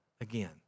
again